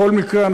בכל מקרה,